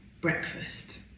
breakfast